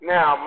Now